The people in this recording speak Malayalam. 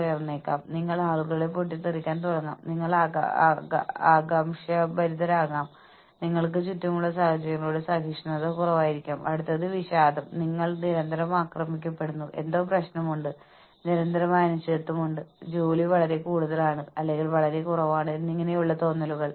വിശ്വാസ്യത വിടവ് വീണ്ടും വെല്ലുവിളിയാകുന്നു ഇത്രയധികം സമ്മർദത്തിൻ കീഴിൽ നന്നായി പ്രവർത്തിക്കാൻ കഴിയാത്ത എന്നാൽ ഓർഗനൈസേഷനോട് കൂടുതൽ പ്രതിബദ്ധതയുള്ള ജീവനക്കാരുടെ വിശ്വാസ്യത എങ്ങനെ സ്ഥാപിക്കും ആരാണ് വേണ്ടത്ര വിശ്വസനീയമെന്ന് നിങ്ങൾ എങ്ങനെ തീരുമാനിക്കും